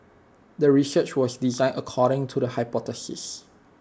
the research was design according to the hypothesis